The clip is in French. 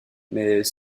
mais